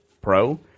Pro